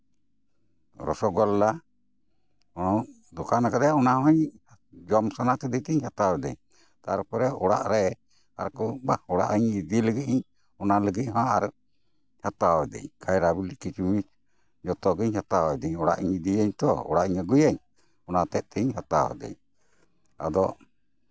ᱨᱚᱥᱚᱜᱳᱞᱞᱟ ᱦᱚᱸ ᱫᱚᱠᱟᱱ ᱠᱟᱫᱟᱭ ᱚᱱᱟᱦᱚᱸᱧ ᱡᱚᱢ ᱥᱟᱱᱟ ᱠᱤᱫᱤᱧ ᱛᱮ ᱦᱟᱛᱟᱣ ᱫᱟᱹᱧ ᱛᱟᱨᱯᱚᱨᱮ ᱚᱲᱟᱜ ᱨᱮ ᱟᱨᱠᱚ ᱚᱲᱟᱜ ᱤᱧ ᱤᱫᱤ ᱞᱟᱹᱜᱤᱫ ᱤᱧ ᱚᱱᱟ ᱞᱟᱹᱜᱤᱫ ᱦᱚᱸ ᱟᱨ ᱦᱟᱛᱟᱣ ᱤᱫᱟᱹᱧ ᱠᱟᱭᱨᱟ ᱵᱤᱞᱤ ᱠᱤᱥᱢᱤᱥ ᱡᱚᱛᱚᱜᱮ ᱦᱟᱛᱟᱣ ᱤᱫᱟᱹᱧ ᱤᱫᱤᱭᱟᱹᱧ ᱛᱚ ᱚᱲᱟᱜ ᱤᱧ ᱟᱜᱩᱭᱟᱧ ᱚᱱᱟ ᱦᱚᱛᱮᱜ ᱛᱮ ᱦᱟᱛᱟᱣ ᱤᱫᱟᱹᱧ ᱟᱫᱚ